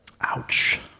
Ouch